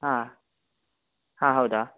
ಹಾಂ ಹಾಂ ಹೌದಾ